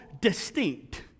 distinct